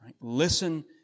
Listen